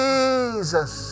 Jesus